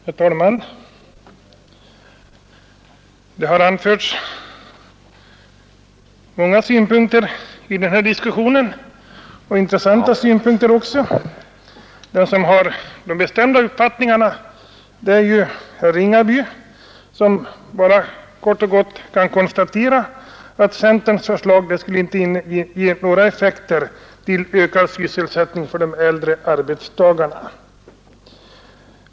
Herr talman! Det har anförts många synpunkter i den här diskussionen, intressanta synpunkter också. Den som har de bestämda uppfattningarna är herr Ringaby, som bara kort och gott kan konstatera att centerns förslag inte skulle ge några effekter till ökad sysselsättning för de äldre arbetstagarna.